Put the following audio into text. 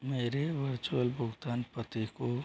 मेरे वर्चुअल भुगतान पते को